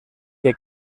que